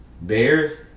Bears